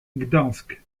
gdańsk